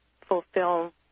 fulfill